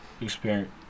experience